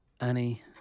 Annie